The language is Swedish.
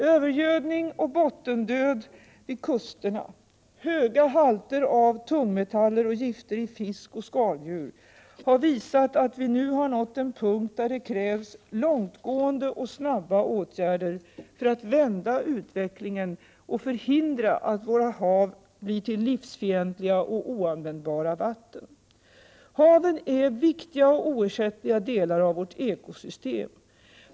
Övergödning och bottendöd vid kusterna, höga halter av tungmetaller och gifter i fisk och skaldjur har visat att vi nu har nått en punkt där det krävs långtgående och snabba åtgärder för att vända utvecklingen och förhindra att våra hav blir till livsfientliga och oanvändbara vatten. Haven är viktiga och oersättliga delar i vårt ekosystem.